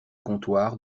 comptoir